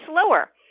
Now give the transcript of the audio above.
slower